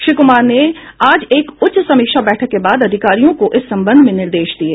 श्री कुमार ने आज एक उच्च समीक्षा बैठक के बाद अधिकारियों को इस संबंध में निर्देश दिये